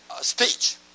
speech